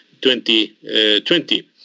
2020